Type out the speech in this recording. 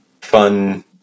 fun